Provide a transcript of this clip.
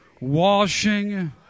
washing